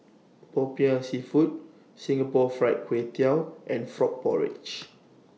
Popiah Seafood Singapore Fried Kway Tiao and Frog Porridge